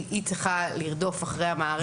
היא צריכה לרדוף אחרי המערכת.